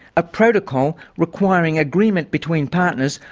a protocol requiring agreement between partners,